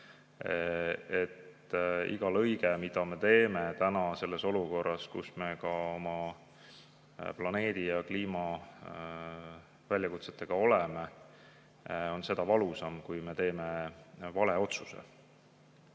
Iga lõige, mida me teeme täna selles olukorras, kus me oma planeedi ja kliima väljakutsetega oleme, on seda valusam, kui me teeme vale otsuse. Teisalt